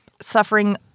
Suffering